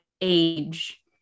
age